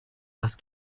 parce